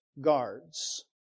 guards